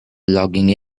logging